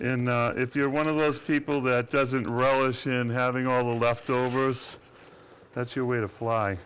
in if you're one of those people that doesn't relish in having all the leftovers that's your way to fly